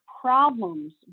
problems